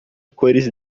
cores